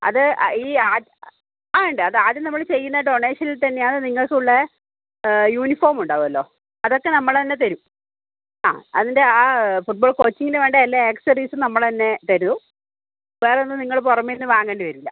അത് ആ ഈ ആ വേണ്ട അത് ആദ്യം നമ്മൾ ചെയ്യുന്ന ഡോണേഷനിൽ തന്നെ ആണ് നിങ്ങൾക്ക് ഉള്ള യൂണിഫോം ഉണ്ടാവുമല്ലോ അതൊക്കെ നമ്മൾ തന്നെ തരും ആ അതിൻ്റെ ആ ഫുട്ബോൾ കോച്ചിംഗിന് വേണ്ട എല്ലാ ആക്സസറീസും നമ്മൾ തന്നെ തരും വേറെ ഒന്നും നിങ്ങൾ പുറമേ നിന്ന് വാങ്ങേണ്ടി വരില്ല